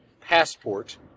passport